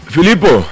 Filippo